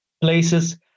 places